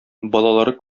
балалары